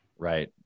Right